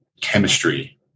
chemistry